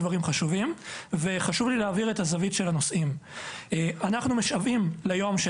אני רק אומר שאין קשר בין השניים.